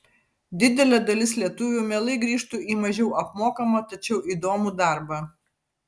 didelė dalis lietuvių mielai grįžtų į mažiau apmokamą tačiau įdomų darbą